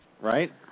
right